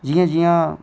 जि''यां जि'यां